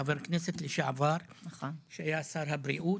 חבר כנסת לשעבר שהיה שר הבריאות.